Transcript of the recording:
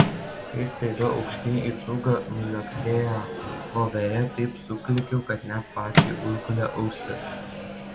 kai staiga aukštyn į cūgą nuliuoksėjo voverė taip suklykiau kad net pačiai užgulė ausis